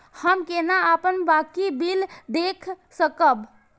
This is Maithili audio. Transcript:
हम केना अपन बाँकी बिल देख सकब?